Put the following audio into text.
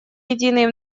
единый